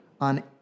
on